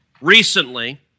Recently